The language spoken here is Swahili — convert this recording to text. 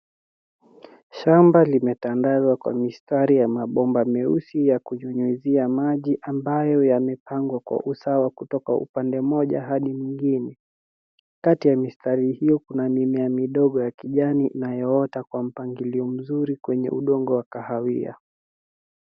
Shamab limetandazwa kwa mistari ya mabomba meusi ya kunyunyizia maji ambayo yamepangwa kwa usawa kutoka upande mmoja hadi mwingine kati yamistari hiyo kuna mimea midogo ya kijani inayoota kwa mpangilio mzuri kwenye udongo wa kahawia